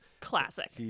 Classic